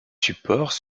supports